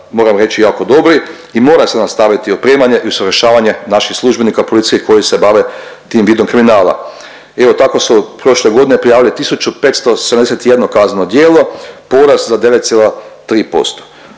moram reći, jako dobri i mora se nastaviti opremanje i usavršavanje naših službenika i policije koji se bave tim vidom kriminala. Evo, tako su prošle godine prijavili 1571 kazneno djelo, porast za 9,3%.